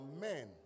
men